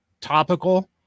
topical